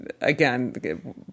again